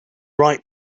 right